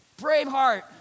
Braveheart